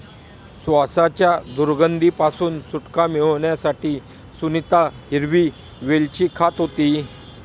श्वासाच्या दुर्गंधी पासून सुटका मिळवण्यासाठी सुनीता हिरवी वेलची खात होती